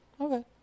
okay